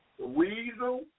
weasel